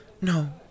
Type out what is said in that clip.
No